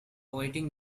waiting